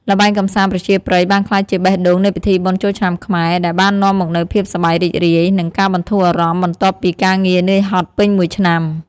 ល្បែងកម្សាន្តប្រជាប្រិយបានក្លាយជាបេះដូងនៃពិធីបុណ្យចូលឆ្នាំខ្មែរ ដែលបាននាំមកនូវភាពសប្បាយរីករាយ និងការបន្ធូរអារម្មណ៍បន្ទាប់ពីការងារនឿយហត់ពេញមួយឆ្នាំ។